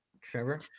Trevor